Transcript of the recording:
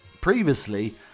previously